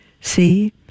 see